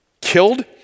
killed